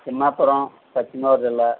తిమ్మాపురం పశ్చిమగోదావరి జిల్లా